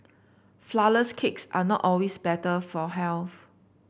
flourless cakes are not always better for health